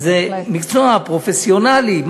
זה מקצוע פרופסיונלי.